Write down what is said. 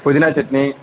புதினாச் chutney